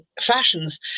fashions